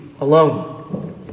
alone